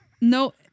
No